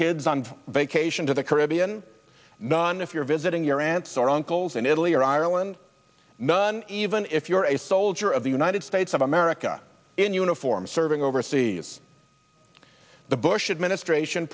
kids on vacation to the caribbean none of your visiting your aunts or uncles in italy or ireland none even if you're a soldier of the united states of america in uniform serving overseas the bush administration